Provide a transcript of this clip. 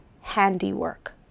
handiwork